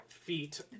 Feet